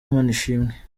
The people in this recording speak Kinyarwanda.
manishimwe